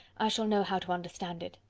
i shall know how to understand it.